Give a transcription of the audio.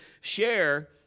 share